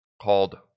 Called